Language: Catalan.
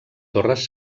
torres